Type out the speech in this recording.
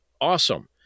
awesome